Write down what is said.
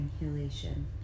inhalation